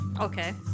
Okay